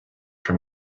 from